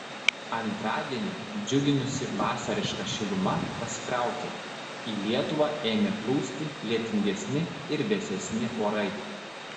antradienį džiuginusi vasariška šiluma pasitraukė į lietuvą ėmė plūsti lietingesni ir vėsesni orai